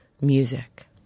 music